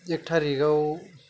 एक थारिखाव